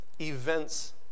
events